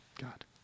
God